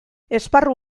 esparru